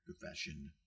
profession